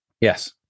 Yes